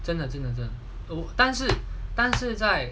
真的真的真的但是但是在